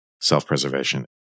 self-preservation